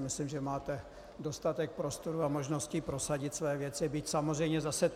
Myslím, že máte dostatek prostoru a možností prosadit své věci, byť samozřejmě to zase